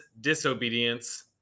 disobedience